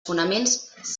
fonaments